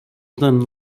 done